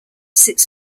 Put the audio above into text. sits